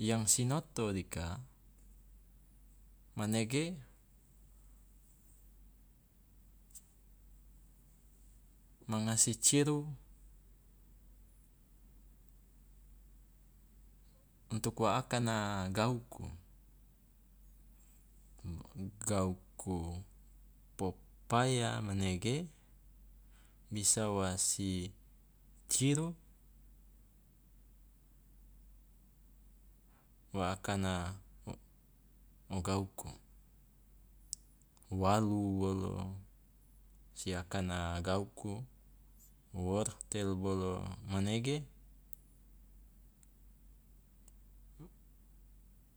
Yang sinoto dika, manege manga si ciru untuk wa akana gauku, gauku popaya manege bisa wa si ciru wa akana o gauku, walu bolo si akana gauku, wortel bolo manege